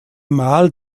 mal